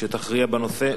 שתכריע בנושא,